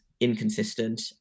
inconsistent